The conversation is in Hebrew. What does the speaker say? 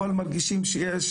אבל מרגישים שיש